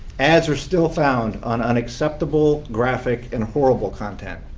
ads are still found on unacceptable, graphic and horrible content.